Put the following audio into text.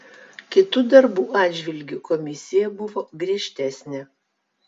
kitų darbų atžvilgiu komisija buvo griežtesnė